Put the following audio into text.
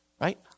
right